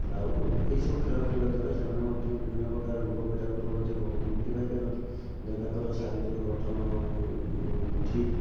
ଆଉ ଏଇସବୁ ଖେଳ ଖେଳିବା ଦ୍ଵାରା ସେମାନେ ମଧ୍ୟ ବିଭିନ୍ନ ପ୍ରକାର ରୋଗବୈରାଗରୁ ମଧ୍ୟ ମୁକ୍ତି ପାଇ ପାରନ୍ତି ଦେନ ତାଙ୍କର ଶାରୀରିକ ଗଠନ ଠିକ